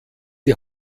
die